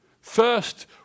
first